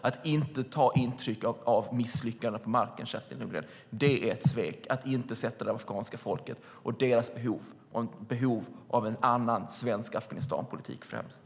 Att inte ta intryck av misslyckandet på marken, Kerstin Lundgren, är ett svek och att inte sätta det afghanska folket och deras behov av en annan svensk Afghanistanpolitik främst.